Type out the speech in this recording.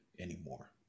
anymore